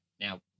now